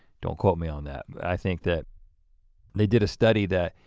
don't quote me on that i think that they did a study that